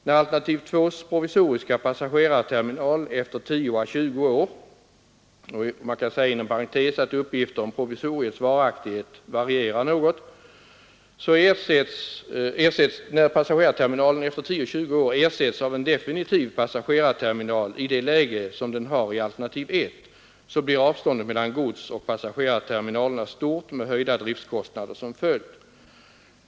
När alternativ 2:s provisoriska passagerarterminal efter 10 å 20 år — uppgifterna om provisoriets varaktighet varierar något — ersätts av en definitiv passagerarterminal i det läge den har i alternativ 1, blir avståndet mellan godsoch passagerarterminalerna stort med höjda driftkostnader som följd.